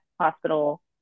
hospital